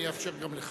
אני אאפשר גם לך.